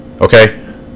Okay